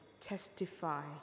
testify